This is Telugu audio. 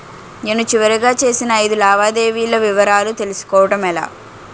నేను చివరిగా చేసిన ఐదు లావాదేవీల వివరాలు తెలుసుకోవటం ఎలా?